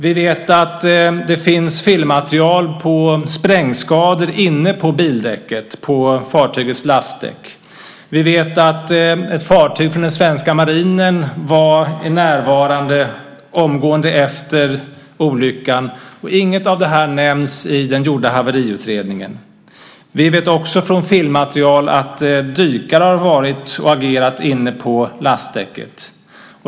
Vi vet att det finns filmmaterial över sprängskador inne på bildäcket, på fartygets lastdäck. Vi vet att ett fartyg från den svenska marinen var närvarande omgående efter olyckan. Inget av det här nämns i den gjorda haveriutredningen. Vi vet också från filmmaterial att dykare har varit nere och agerat inne på lastdäcket.